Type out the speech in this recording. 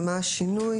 ומהו השינוי